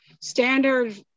standard